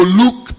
look